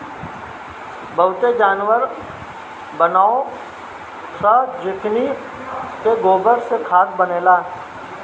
बहुते जानवर बानअ सअ जेकनी के गोबर से खाद बनेला